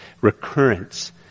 recurrence